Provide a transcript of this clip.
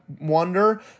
wonder